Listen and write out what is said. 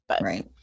Right